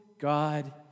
God